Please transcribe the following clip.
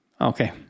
Okay